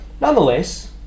nonetheless